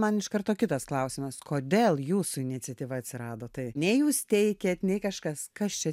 man iš karto kitas klausimas kodėl jūsų iniciatyva atsirado tai nei jūs teikėt nei kažkas kas čia